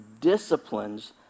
disciplines